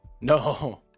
no